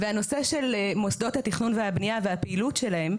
והנושא של מוסדות התכנון והבנייה והפעילות שלהם,